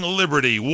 liberty